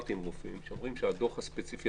ודיברתי עם רופאים שאומרים שהדוח הספציפי